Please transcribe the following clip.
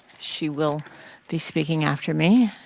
she will be speaking after me.